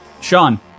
Sean